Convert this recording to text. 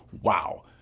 Wow